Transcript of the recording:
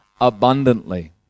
abundantly